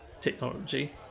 technology